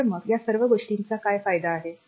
तर मग या सर्व गोष्टींचा काय फायदा आहे